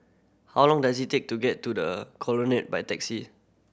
how long does it take to get to The Colonnade by taxi